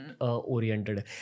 oriented